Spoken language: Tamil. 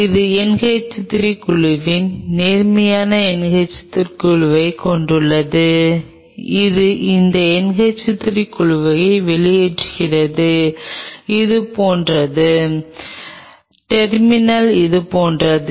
இது NH 3 குழுக்களின் நேர்மறை NH 3 குழுக்களைக் கொண்டுள்ளது இது இந்த NH 3 குழுக்களை வெளியேற்றுகிறது இது போன்றது டெர்மினலிருந்து இது போன்றது